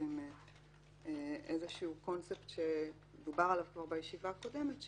עם איזשהו קונספט שדובר עליו כבר בישיבה הקודמת,